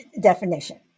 definition